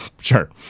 Sure